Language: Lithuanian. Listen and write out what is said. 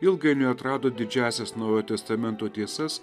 ilgainiui atrado didžiąsias naujojo testamento tiesas